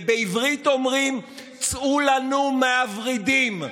ובעברית אומרים: צאו לנו מהוורידים.